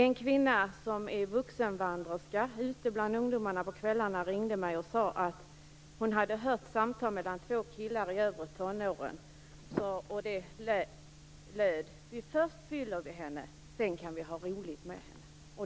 En kvinna som är vuxenvandrerska och ute bland ungdomarna på kvällarna ringde mig och sade att hon hade hört samtal mellan två killar i övre tonåren. Det löd: Först fyller vi henne. Sedan kan vi har roligt med henne.